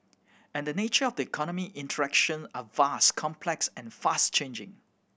and the nature of the economy interaction are vast complex and fast changing